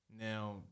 Now